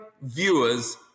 viewers